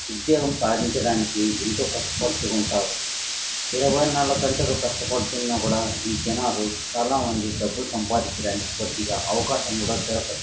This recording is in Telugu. ఉద్యోగం సాధించడానికి ఎంతో కష్టపడుతూ ఉంటారు ఇరవై నాలుగు గంటలు కష్టపడుతున్నా కూడా ఈ జనాలు చాలామంది డబ్బు సంపాదించడానికి కొద్దిగా అవకాశం కూడా దొరకదు